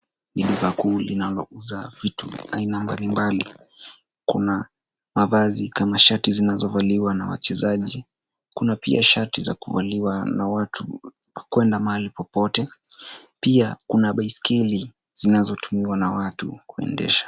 Ni duka kuu linalo uza vitu aina mbali mbali kuna mavazi kama shati zinazo valiwa na wachezaji kuna pia shati za kuvaliwa na watu wa kwenda mahali popote pia kuna baiskeli zinazotumiwa na watu kuendesha.